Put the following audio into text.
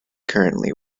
currently